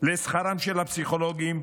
לשכרם של הפסיכולוגים,